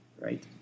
right